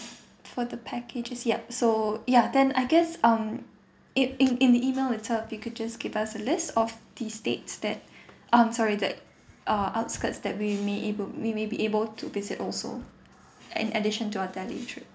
for the packages yup so ya then I guess um it in in the email itself you could just give us a list of the states that um sorry that uh outskirts that we may able we may be able to visit also an addition to our delhi trip